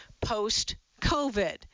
post-COVID